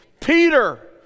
Peter